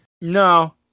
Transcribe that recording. no